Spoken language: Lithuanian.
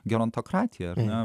gerontokratija ar ne